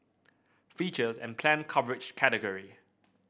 features and planned coverage category